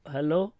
Hello